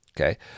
okay